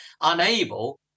unable